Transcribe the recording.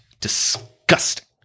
disgusting